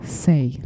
say